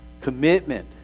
Commitment